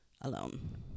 alone